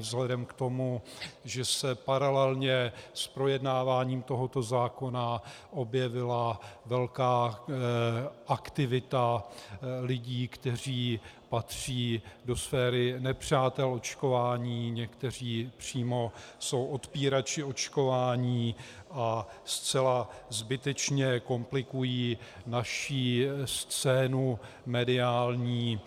Vzhledem k tomu, že se paralelně s projednáváním tohoto zákona objevila velká aktivita lidí, kteří patří do sféry nepřátel očkování, někteří přímo jsou odpírači očkování a zcela zbytečně komplikují naši scénu mediální